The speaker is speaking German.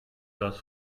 das